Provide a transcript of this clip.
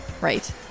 Right